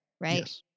Right